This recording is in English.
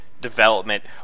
development